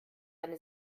eine